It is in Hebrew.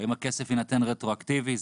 האם הכסף יינתן רטרואקטיבית.